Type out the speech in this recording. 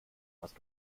hast